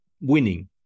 winning